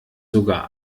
sogar